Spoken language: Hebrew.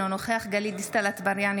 אינו נוכח גלית דיסטל אטבריאן,